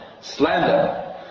slander